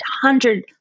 hundred